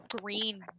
green